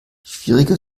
schwierige